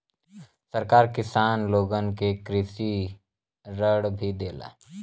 सरकार किसान लोगन के कृषि ऋण भी देला